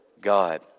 God